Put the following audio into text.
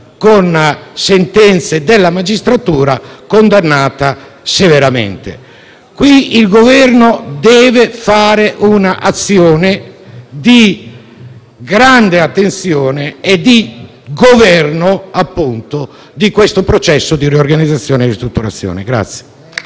di sentenze della magistratura, condannata severamente. Qui il Governo deve fare un'azione di grande attenzione e di governo, appunto, di questo processo di riorganizzazione e ristrutturazione.